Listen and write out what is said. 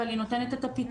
אבל היא נותנת את הפתרון.